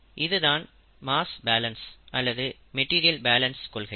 இது தான் mass balance அல்லது மெட்டீரியல் பேலன்ஸ் கொள்கை